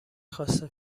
خواسته